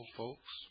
folks